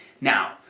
Now